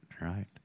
right